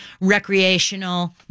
recreational